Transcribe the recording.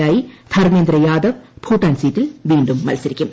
ആയി ധർമ്മേന്ദ്ര യാദവ് ഭൂട്ടാൻ സീറ്റിൽ വീ ും മത്സരിക്കും